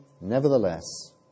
nevertheless